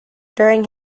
during